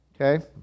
Okay